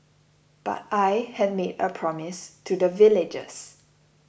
but I had made a promise to the villagers